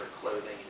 clothing